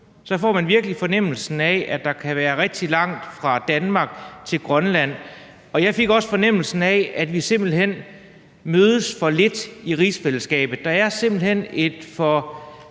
får man virkelig fornemmelsen af, at der kan være rigtig langt fra Danmark til Grønland, og jeg fik også fornemmelsen af, at vi simpelt hen mødes for lidt i rigsfællesskabet. Der er simpelt hen et for